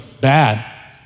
bad